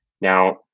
Now